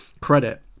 credit